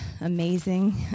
amazing